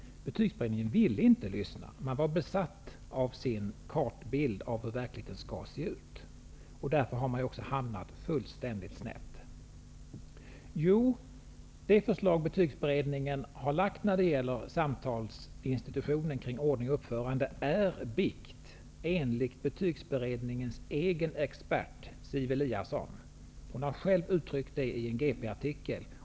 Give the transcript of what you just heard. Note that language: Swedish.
Betygsberedningen ville inte lyssna. Den var besatt av sin kartbild av hur verkligheten skall se ut. Därför har den också hamnat fullständigt snett. Det förslag betygsberedningen har lagt fram när det gäller samtalsinstitutionen kring ordning och uppförande är bikt enligt betygsberedningens egen expert Siv Eliasson. Hon har själv uttryckt det i en GP-artikel.